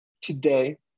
today